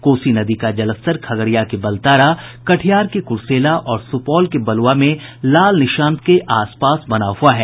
कोसी नदी का जलस्तर खगड़िया के बलतारा कटिहार के कुर्सेला और सुपौल के बसुआ में लाल निशान के आसपास बना हुआ है